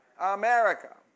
America